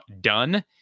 done